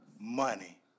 money